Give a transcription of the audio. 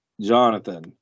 Jonathan